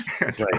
Right